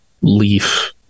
leaf